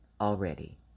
already